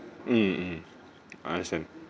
hmm hmm I understand